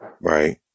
Right